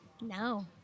No